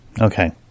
Okay